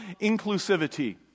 inclusivity